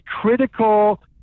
critical